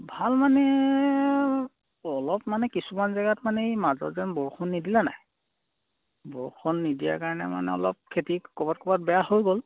ভাল মানে অলপ মানে কিছুমান জেগাত মানে এই মাজত যেন বৰষুণ নিদিলে নাই বৰষুণ নিদিয়াৰ কাৰণে মানে অলপ খেতি ক'ৰবাত ক'ৰবাত বেয়া হৈ গ'ল